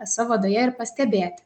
savo odoje ir pastebėti